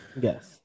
yes